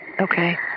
Okay